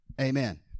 Amen